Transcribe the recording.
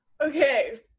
Okay